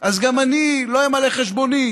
אז גם אני לא אמלא חשבונית,